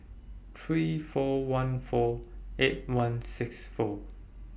three four one four eight one six four